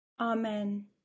Amen